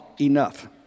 enough